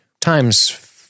times